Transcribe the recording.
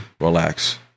relax